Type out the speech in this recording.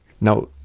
now